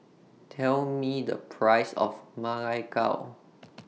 Tell Me The Price of Ma Lai Gao